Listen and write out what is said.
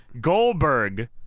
Goldberg